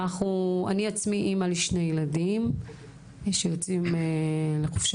אני עצמי אמא לשני ילדים שיוצאים לחופש